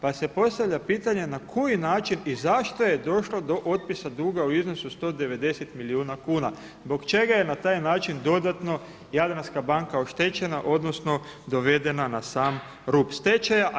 Pa se postavlja pitanje, na koji način i zašto je došlo do otpisa duga u iznosu od 190 milijuna kuna, zbog čega je na taj način dodatno Jadranska banka oštećena odnosno dovedena na sam rub stečaja?